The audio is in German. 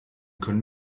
können